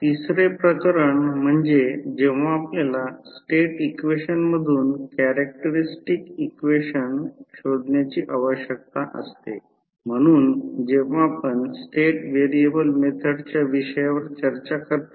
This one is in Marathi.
सिंगल फेज ट्रान्सफॉर्मर मध्ये 10 प्रतिबाधा आहे 10 म्हणजे ते आयामहीन आहे याचा अर्थ 0